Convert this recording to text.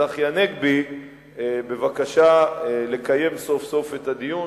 צחי הנגבי בבקשה לקיים סוף-סוף את הדיון,